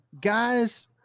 guys